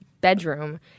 bedroom